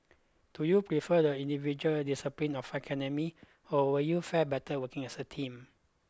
do you prefer the individual discipline of academia or would you fare better working as a team